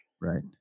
Right